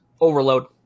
Overload